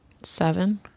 seven